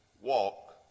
walk